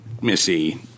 Missy